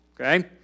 okay